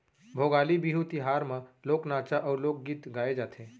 भोगाली बिहू तिहार म लोक नाचा अउ लोकगीत गाए जाथे